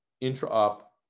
intra-op